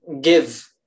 give